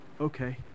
okay